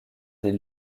des